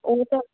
ਉਹ ਤਾਂ